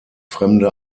fremde